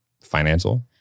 Financial